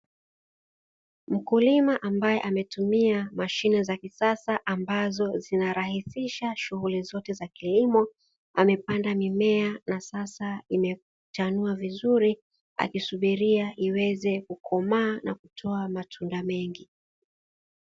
Mkulima ambaye ametumia mashine za kisasa, ambazo zinarahisisha shughuli zote za kilimo. Amepanda mimea na sasa yametanua vizuri akisubiria iweze kukomaa na kutoa matunda mengi.